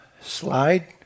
slide